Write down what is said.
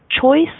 Choice